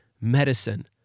medicine